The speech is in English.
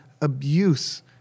abuse